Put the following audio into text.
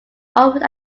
offered